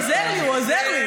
הוא עוזר לי.